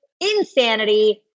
insanity